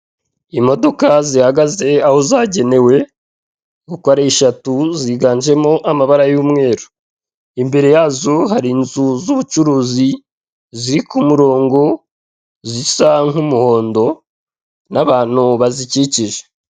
Imodoka zihagaze aho zagenewe, uko ari eshatu ziganjemo amabara y'umweru, imbere yazo hari inzu z'ubucuruzi ziri ku murongo zisa nk'umuhondo n'abantu bazikikije.